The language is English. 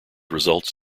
results